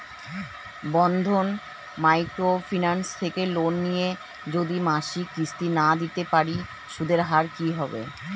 বন্ধন micro finance থেকে loan নিয়ে যদি মাসিক কিস্তি না দিতে পারি সুদের হার কি হবে?